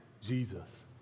Jesus